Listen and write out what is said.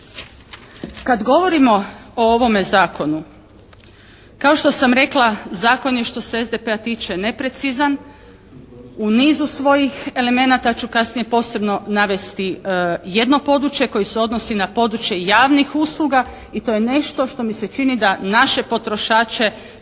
Kad govorimo o ovome zakonu kao što sam rekla zakon je što se SDP-a tiče neprecizan. U nizu svojih elemenata ću kasnije posebno navesti jedno područje koje se odnosi na područje javnih usluga i to je nešto što mi se čini da naše potrošače